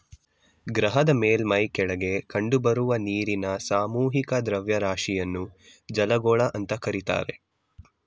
ಗ್ರಹದ ಮೇಲ್ಮೈ ಕೆಳಗೆ ಕಂಡುಬರುವ ನೀರಿನ ಸಾಮೂಹಿಕ ದ್ರವ್ಯರಾಶಿಯನ್ನು ಜಲಗೋಳ ಅಂತ ಕರೀತಾರೆ